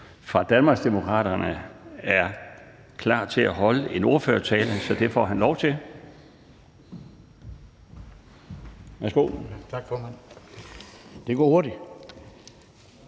fra Danmarksdemokraterne er klar til at holde en ordførertale, så det får han lov til.